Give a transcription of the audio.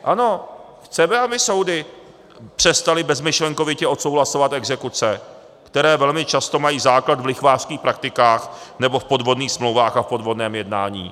Ano, chceme, aby soudy přestaly bezmyšlenkovitě odsouhlasovat exekuce, které velmi často mají základ v lichvářských praktikách nebo v podvodných smlouvách a v podvodném jednání.